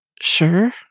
Sure